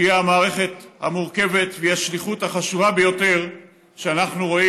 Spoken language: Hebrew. שהיא המערכת המורכבת והיא השליחות החשובה ביותר שאנחנו רואים,